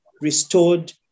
restored